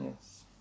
Yes